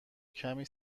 کمی